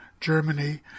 Germany